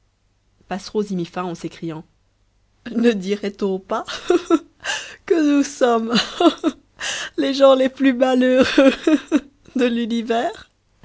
mit fin en s'écriant ne dirait-on pas hi hi que nous sommes hi hi les gens les plus malheureux hi hi de l'univers